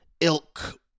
ilk